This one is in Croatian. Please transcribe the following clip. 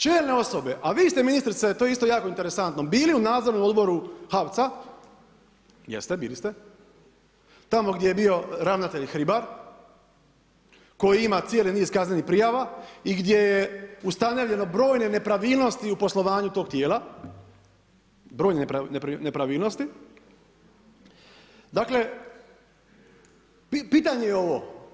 Čelne osobe, a vi ste ministrice, to je isto jako interesantno, bili u nadzornom odboru HAVC-a, jeste, bili ste, tamo gdje je bio ravnatelj Hribar koji ima cijeli niz kaznenih prijava i gdje je ustanovljeno brojne nepravilnosti u poslovanju tog tijela, brojne nepravilnosti, dakle pitanje je ovo.